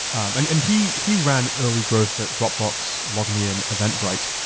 and and he he ran early growth that dropbox, logmein, eventbrite.